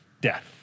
death